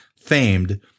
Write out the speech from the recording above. famed